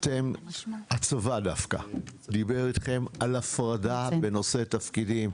הצבא דווקא דיבר איתכם בנושא הפרדת תפקידים?